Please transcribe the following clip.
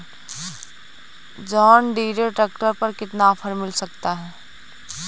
John Deere tractor पर कितना offer मिल सकता है?